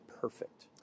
perfect